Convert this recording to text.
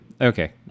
okay